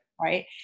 Right